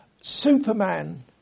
superman